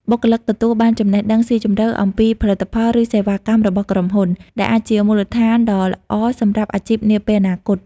បុគ្គលិកទទួលបានចំណេះដឹងស៊ីជម្រៅអំពីផលិតផល ឬសេវាកម្មរបស់ក្រុមហ៊ុន ដែលអាចជាមូលដ្ឋានដ៏ល្អសម្រាប់អាជីពនាពេលអនាគត។